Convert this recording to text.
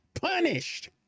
punished